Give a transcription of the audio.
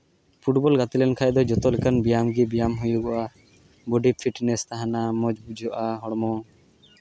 football ᱜᱟᱛᱮ ᱞᱮᱱᱠᱷᱟᱡ ᱫᱚ ᱡᱚᱛᱚ ᱞᱮᱠᱟᱱ ᱵᱮᱭᱟᱢ ᱜᱮ ᱵᱮᱭᱟᱢ ᱦᱩᱭᱩᱜᱚᱜᱼᱟ ᱵᱚᱰᱤ ᱯᱷᱤᱴᱱᱮᱥ ᱛᱟᱦᱮᱱᱟ ᱢᱚᱡᱽ ᱵᱩᱡᱷᱟᱹᱜᱼᱟ ᱦᱚᱲᱢᱚ